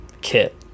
kit